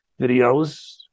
videos